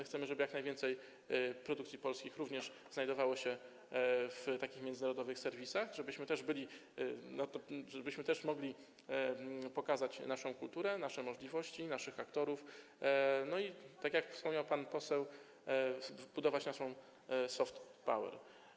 Chcemy, żeby jak najwięcej produkcji polskich również znajdowało się w takich międzynarodowych serwisach, żebyśmy też mogli pokazać naszą kulturę, nasze możliwości i naszych aktorów, a także, tak jak wspomniał pan poseł, budować naszą soft power.